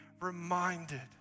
reminded